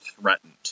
threatened